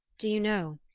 do you know,